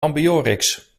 ambiorix